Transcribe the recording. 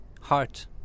heart